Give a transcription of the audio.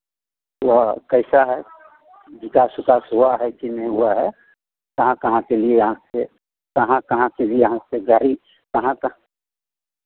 वह कैसा है विकास उकास हुआ है कि नहीं हुआ है कहाँ कहाँ के लिए यहाँ से कहाँ कहाँ के लिए यहाँ से गाड़ी कहाँ कहाँ